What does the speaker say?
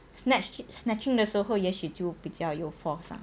snatched snatching 的时候也许就比较 you force ah